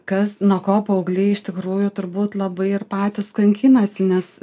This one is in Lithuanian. kas nuo ko paaugliai iš tikrųjų turbūt labai ir patys kankinasi nes